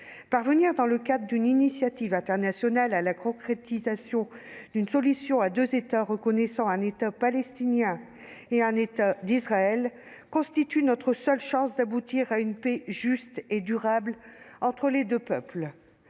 Parvenir, dans le cadre d'une initiative internationale, à concrétiser une solution à deux États, qui reconnaîtrait un État palestinien et un État d'Israël, constitue notre seule chance d'aboutir à une paix juste et durable entre les deux peuples.